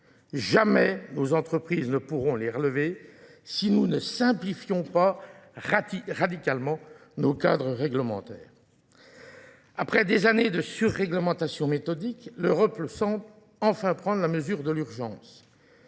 Jamais nos entreprises ne pourront les relever si nous ne simplifions pas radicalement nos cadres réglementaires. Après des années de surréglementation méthodique, l'Europe semble enfin prendre la mesure de l'urgence.